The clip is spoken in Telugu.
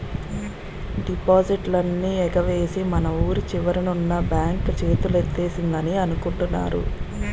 డిపాజిట్లన్నీ ఎగవేసి మన వూరి చివరన ఉన్న బాంక్ చేతులెత్తేసిందని అనుకుంటున్నారు